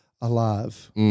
alive